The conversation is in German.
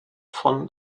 von